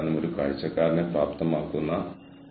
അതിനാൽ ഇവയാണ് സംഘടനാപരമായ ഫലങ്ങൾ